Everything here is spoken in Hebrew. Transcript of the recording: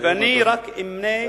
ואני רק אמנה בקצרה,